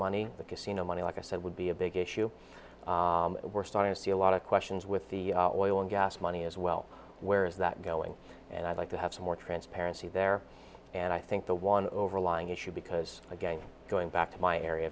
know money like i said would be a big issue we're starting to see a lot of questions with the oil and gas money as well where is that going and i'd like to have some more transparency there and i think the one overlying issue because again going back to my area